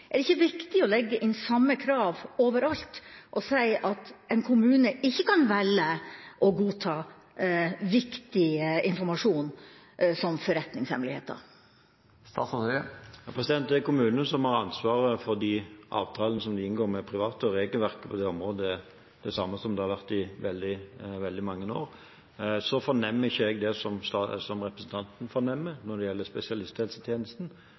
er det ikke viktig å legge inn samme krav overalt og si at en kommune ikke kan velge å godta viktig informasjon som forretningshemmeligheter? Det er kommunene som har ansvaret for avtalene de inngår med private. Regelverket på det området er det samme som det har vært i veldig mange år. Så fornemmer ikke jeg det representanten fornemmer når det gjelder spesialisthelsetjenesten.